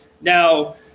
now